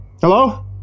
Hello